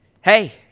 hey